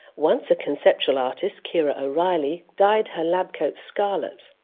once a conceptual artist, kira o'reilly, dyed her lab coat scarlet,